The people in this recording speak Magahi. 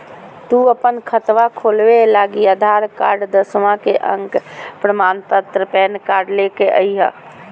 तू अपन खतवा खोलवे लागी आधार कार्ड, दसवां के अक प्रमाण पत्र, पैन कार्ड ले के अइह